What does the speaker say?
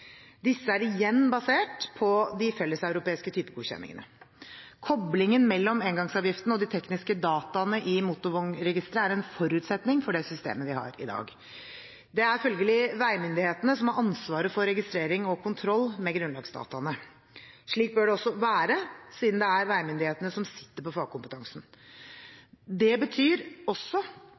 Disse er igjen basert på de felles europeiske typegodkjenningene. Koblingen mellom engangsavgiften og de tekniske dataene i motorvognregisteret er en forutsetning for det systemet vi har i dag. Det er følgelig veimyndighetene som har ansvaret for registrering av og kontroll med grunnlagsdataene. Slik bør det også være, siden det er veimyndighetene som sitter med fagkompetansen. Det betyr også